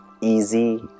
easy